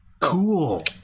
Cool